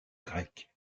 grecques